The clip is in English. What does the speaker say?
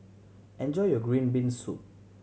enjoy your green bean soup